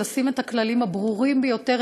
לשים את הכללים הברורים ביותר,